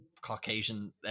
Caucasian